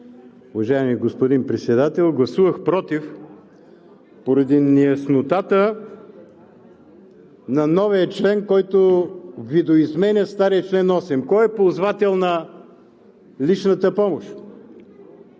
Уважаеми господин Председател, гласувах „против“ поради неяснотата на новия текст, който видоизменя стария чл. 8 – кой е ползвател на личната помощ.